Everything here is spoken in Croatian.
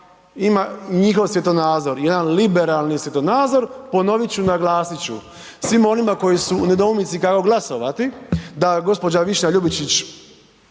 ima njihov svjetonazor, jedan liberalni svjetonazor, ponovit ću, naglasit ću svim onima koji su u nedoumici kako glasovati, da gđa. Višnja Ljubičić